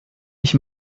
ich